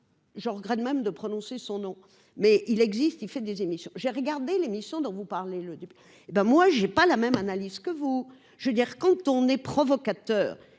Je regrette même de prononcer son nom, mais il existe, il fait des émissions, j'ai regardé l'émission dont vous parlez, le début, hé ben moi j'ai pas la même analyse que vous, je veux dire quand on est provocateur